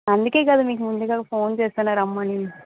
అందుకే కదా మీకు ముందుగా ఫోన్ చేస్తున్న రమ్మని